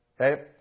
Okay